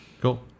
cool